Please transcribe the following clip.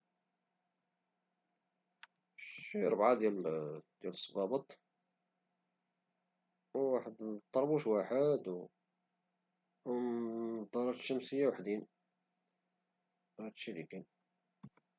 شي ربعة ديال السبابط او طربوش واحد او النظارات الشمسية وحدين هادشي اللي كاين